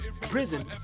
prison